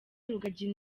rugagi